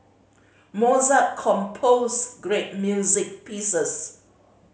Mozart composed great music pieces